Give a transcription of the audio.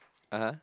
(uh huh)